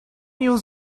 knew